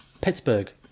Pittsburgh